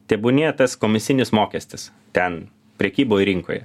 tebūnie tas komisinis mokestis ten prekyboj rinkoje